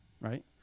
right